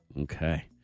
Okay